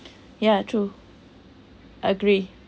ya true I agree